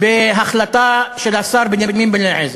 בהחלטה של השר בנימין בן-אליעזר,